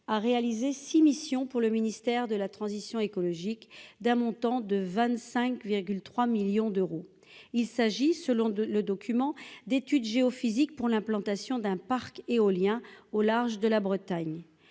a réalisé 6 missions pour le ministère de la transition écologique, d'un montant de 25,3 millions d'euros, il s'agit, selon le document d'études géophysiques pour l'implantation d'un parc éolien au large de la Bretagne,